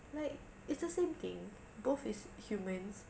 like it's the same thing both is humans